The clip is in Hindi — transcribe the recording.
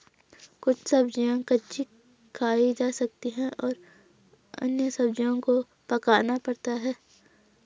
कुछ सब्ज़ियाँ कच्ची खाई जा सकती हैं और अन्य सब्ज़ियों को पकाना पड़ता है